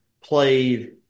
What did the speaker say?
Played